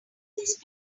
these